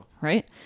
Right